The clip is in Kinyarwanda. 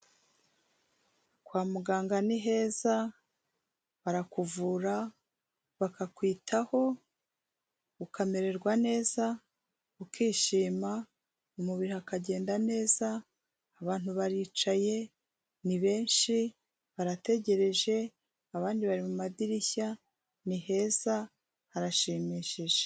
Kwa muganga ni heza barakuvura bakakwitaho ukamererwa neza ukishima mu mubiri hakagenda neza abantu baricaye ni benshi barategereje abandi bari mu madirishya ni heza harashimishije.